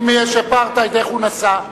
אם יש אפרטהייד, למה הוא נסע?